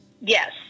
Yes